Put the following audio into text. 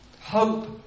Hope